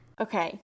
Okay